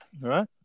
right